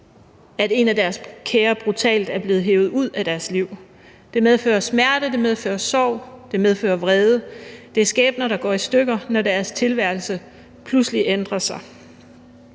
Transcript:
at en af deres kære brutalt er blevet hevet ud af deres liv. Det medfører smerte, det medfører sorg, og det medfører vrede. Det er skæbner, der går i stykker, når deres tilværelse pludselig ændrer sig.